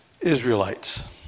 Israelites